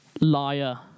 Liar